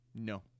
No